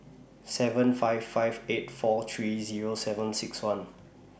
seven five five eight four three Zero seven six one